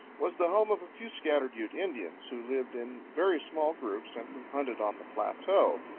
was the home of a few scattered ute indians, who lived in very small groups, and who hunted on the plateau,